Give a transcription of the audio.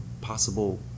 possible